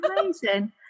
amazing